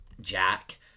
Jack